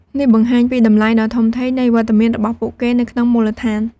នេះបង្ហាញពីតម្លៃដ៏ធំធេងនៃវត្តមានរបស់ពួកគេនៅក្នុងមូលដ្ឋាន។